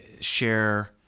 share